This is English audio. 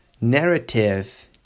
narrative